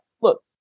look